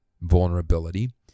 vulnerability